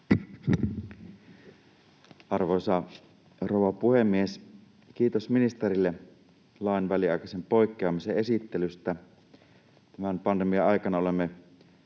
Arvoisa rouva puhemies! Kiitos ministerille lain väliaikaisen poikkeamisen esittelystä. Tämän pandemian aikana olemme